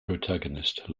protagonist